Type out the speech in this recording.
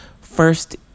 first